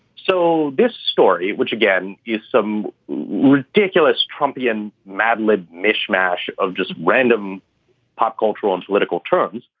so this story, which again, is some ridiculous trumpian madlib mishmash of just random pop, cultural and political terms.